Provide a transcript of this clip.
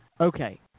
Okay